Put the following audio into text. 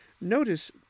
notice